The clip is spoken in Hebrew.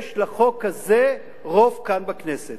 יש לחוק הזה רוב כאן בכנסת.